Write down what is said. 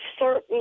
certain